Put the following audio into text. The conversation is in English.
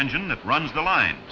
engine that runs the line